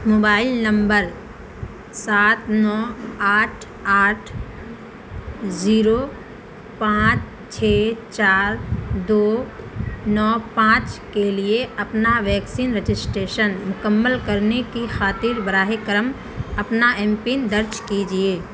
mobile number سات نو آٹھ آٹھ زیرو پانچ چھ چار دو نو پانچ کے لیے اپنا ویکسین رجسٹریشن مکمل کرنے کی خاطر براہ کرم اپنا ایم پن درج کیجیے